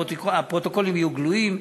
הפרוטוקולים יהיו גלויים.